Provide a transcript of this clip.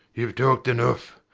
youve talked enough.